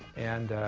and